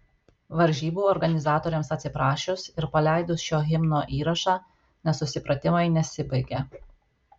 varžybų organizatoriams atsiprašius ir paleidus šio himno įrašą nesusipratimai nesibaigė